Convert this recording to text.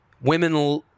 women